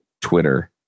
Twitter